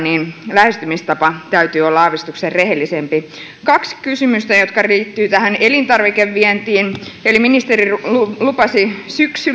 lähestymistavan täytyy olla aavistuksen rehellisempi kaksi kysymystä jotka liittyvät tähän elintarvikevientiin ministeri lupasi